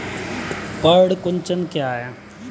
पर्ण कुंचन क्या है?